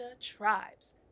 tribes